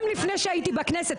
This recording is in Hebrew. גם לפני שהייתי בכנסת.